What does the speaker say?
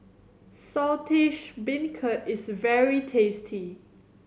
Saltish Beancurd is very tasty